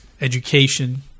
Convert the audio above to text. Education